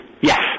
Yes